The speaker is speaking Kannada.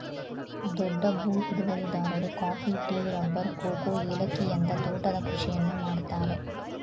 ದೊಡ್ಡ ಭೂ ಹಿಡುವಳಿದಾರರು ಕಾಫಿ, ಟೀ, ರಬ್ಬರ್, ಕೋಕೋ, ಏಲಕ್ಕಿಯಂತ ತೋಟದ ಕೃಷಿಯನ್ನು ಮಾಡ್ತರೆ